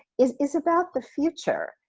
is is about the future.